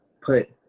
put